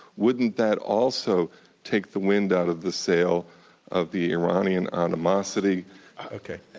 wouldn't that also take the wind out of the sail of the iranian animosity okay.